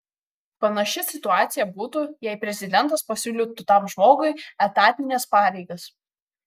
panaši situacija būtų jei prezidentas pasiūlytų tam žmogui etatines pareigas